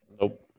Nope